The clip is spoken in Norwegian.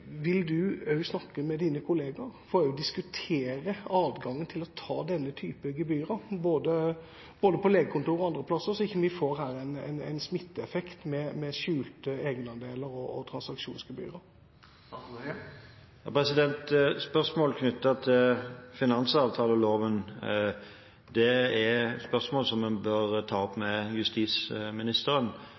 snakke med sine kollegaer og også diskutere adgangen til å ta denne type gebyrer både på legekontorer og andre plasser, så vi ikke her får en smitteeffekt med skjulte egenandeler og transaksjonsgebyrer. Spørsmål knyttet til finansavtaleloven er spørsmål som en bør ta opp med justisministeren.